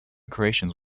creations